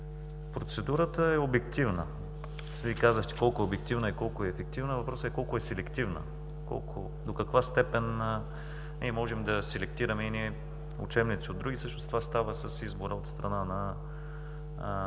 Процедурата е обективна. Вие казахте колко е обективна и колко е ефективна, въпросът е колко е селективна, до каква степен можем да селектираме едни учебници от други. Всъщност това става с избора от страна на